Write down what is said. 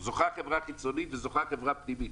ובו זוכה חברה חיצונית וחברה פנימית.